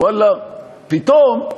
ואללה, פתאום,